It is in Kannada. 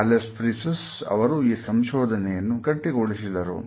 ವ್ಯಾಲೇಸ್ ಫ್ರೀಸೆನ್ ಅವರು ಈ ಸಂಶೋಧನೆಯನ್ನು ಗಟ್ಟಿಗೊಳಿಸಿದರು